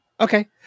Okay